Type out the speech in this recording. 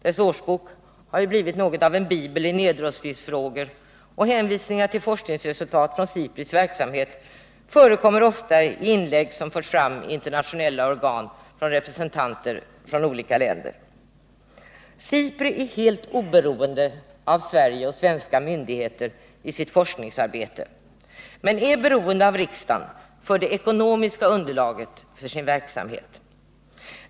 SIPRI:s årsbok har blivit något av en bibel i nedrustningssammanhang, och hänvisningar till forskningsresultat från SIPRI:s verksamhet förekommer ofta i inlägg i internationella organ av representanter från olika länder. SIPRI är i sitt forskningsarbete helt oberoende av Sverige och svenska myndigheter, men man är beroende av riksdagen för det ekonomiska underlaget för verksamheten.